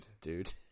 dude